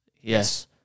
Yes